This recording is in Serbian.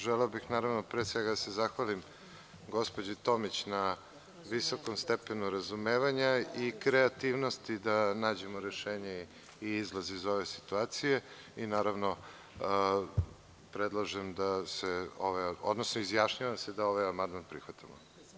Želeo bih naravno pre svega da se zahvalim gospođi Tomić na visokom stepenu razumevanja i kreativnosti da nađemo rešenje i izlaz iz ove situacije i, naravno, predlažem da se, odnosno izjašnjavam se da ovaj amandman prihvatamo.